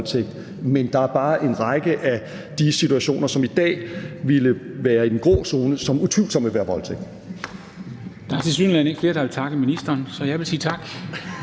Men der er bare en række af de situationer, som i dag ville være i den grå zone, som utvivlsomt vil være voldtægt.